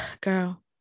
Girl